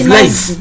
life